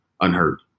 unheard